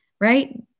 right